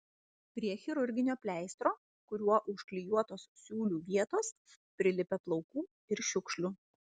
prie chirurginio pleistro kuriuo užklijuotos siūlių vietos prilipę plaukų ir šiukšlių